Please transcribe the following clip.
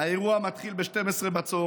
האירוע התחיל ב-12:00.